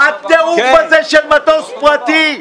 מה הטירוף הזה של מטוס פרטי?